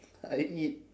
I eat